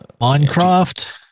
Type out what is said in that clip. Minecraft